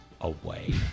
away